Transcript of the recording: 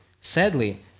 Sadly